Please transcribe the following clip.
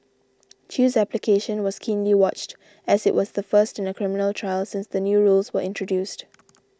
Chew's application was keenly watched as it was the first in a criminal trial since the new rules were introduced